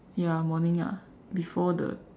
ya morning ah before the